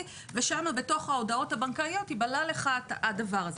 ושם בתוך ההודעות הבנקאיות ייבלע לך הדבר הזה.